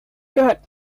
gehört